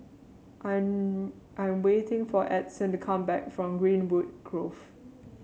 I'm waiting for Edson to come back from Greenwood Grove